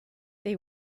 they